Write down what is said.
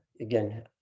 again